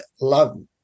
love